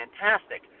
fantastic